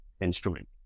instrument